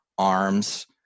arms